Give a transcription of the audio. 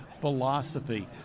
philosophy